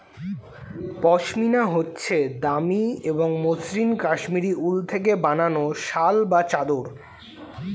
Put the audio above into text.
পশমিনা হচ্ছে দামি এবং মসৃন কাশ্মীরি উল থেকে বানানো শাল বা চাদর